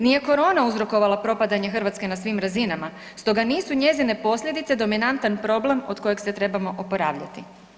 Nije korona uzrokovala propadanje Hrvatske na svim razinama stoga nisu njezine posljedice dominantan problem od kojeg se trebamo oporavljati.